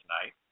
tonight